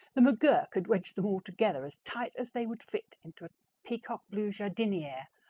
the mcgurk had wedged them all together as tight as they would fit into a peacock-blue jardiniere,